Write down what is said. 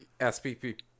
SPP